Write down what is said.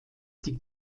die